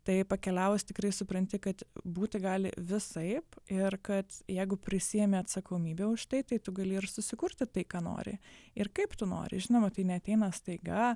tai pakeliavus tikrai supranti kad būti gali visaip ir kad jeigu prisiimi atsakomybę už tai tai tu gali ir susikurti tai ką nori ir kaip tu nori žinoma tai neateina staiga